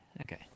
Okay